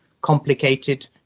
complicated